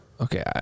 Okay